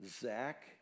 Zach